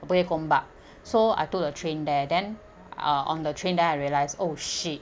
bukit gombak so I took the train there then uh on the train then I realise oh shit